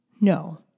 No